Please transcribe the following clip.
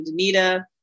Danita